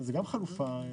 זו גם חלופה בעייתית.